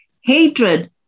hatred